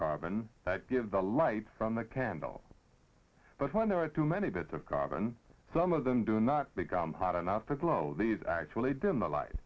carbon give the light from the candle but when there are too many bits of carbon some of them do not become hot enough to glow these actually do in the light